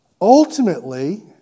ultimately